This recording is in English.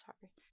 Sorry